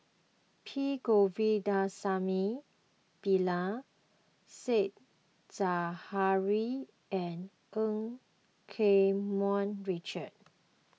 P Govindasamy Pillai Said Zahari and Eu Keng Mun Richard